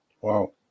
Wow